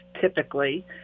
typically